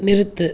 நிறுத்து